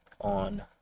on